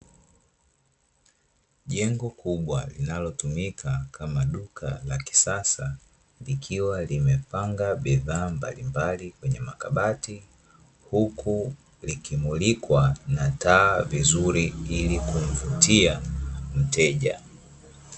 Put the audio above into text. Jengo kubwa linalotumika kama duka la kisasa, likiwa limepanga bidhaa mbalimbali kwenye makabati, huku likimulikwa na taa vizuri ili kumvutia mteja.